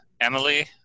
Emily